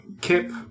Kip